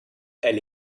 elle